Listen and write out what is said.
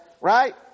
right